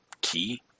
key